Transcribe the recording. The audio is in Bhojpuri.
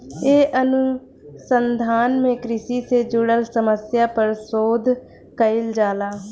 ए अनुसंधान में कृषि से जुड़ल समस्या पर शोध कईल जाला